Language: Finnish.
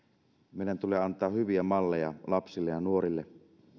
meidän tulee antaa hyviä malleja lapsille ja nuorille